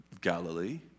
Galilee